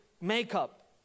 makeup